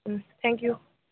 thank you